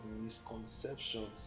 misconceptions